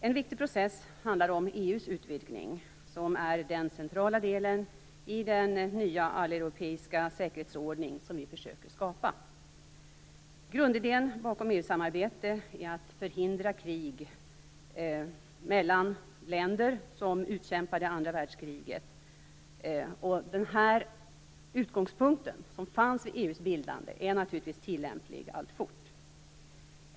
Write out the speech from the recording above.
En viktigt process handlar om EU:s utvidgning, som är den centrala delen i den nya alleuropeiska säkerhetsordning som vi försöker skapa. Grundidén bakom EU-samarbetet är att förhindra att krig utbryter mellan de länder som utkämpade det andra världskriget. Den utgångspunkt som fanns vid EU:s bildande är naturligtvis tillämplig alltfort.